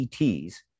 ETs